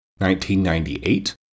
1998